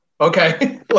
okay